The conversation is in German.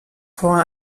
vor